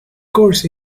course